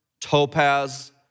topaz